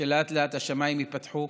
שלאט-לאט השמיים ייפתחו,